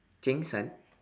cheng-san